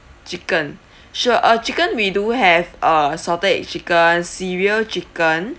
chicken sure uh chicken we do have uh salted egg chicken cereal chicken